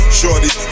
shorty